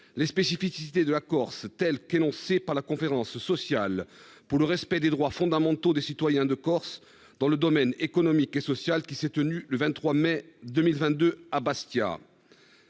les spécificités de la Corse telles qu'elles ont été énoncées lors de la conférence sociale pour le respect des droits fondamentaux des citoyens de Corse dans le domaine économique et social, qui s'est tenue le 23 mai 2022 à Bastia.